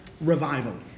revival